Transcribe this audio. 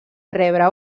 rebre